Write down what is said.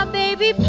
baby